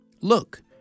Look